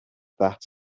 that